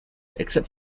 except